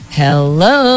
hello